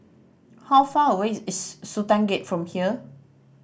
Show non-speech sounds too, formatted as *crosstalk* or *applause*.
how far away *unintelligible* is Sultan Gate from here